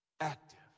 active